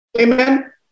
Amen